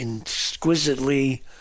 exquisitely